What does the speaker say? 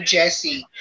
Jesse